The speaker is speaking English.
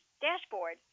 dashboard